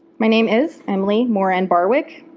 my name is emily moran barwick.